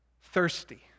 thirsty